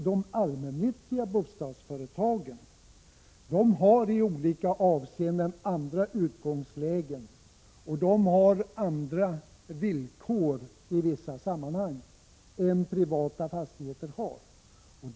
De allmännyttiga bostadsföretagen har i olika avseenden ett annat utgångsläge och de har andra villkor i vissa sammanhang än vad privata fastighetsägare har.